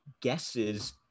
guesses